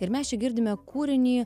ir mes čia girdime kūrinį